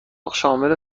صبحانه